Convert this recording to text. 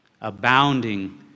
Abounding